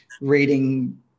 reading